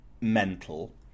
mental